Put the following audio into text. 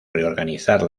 reorganizar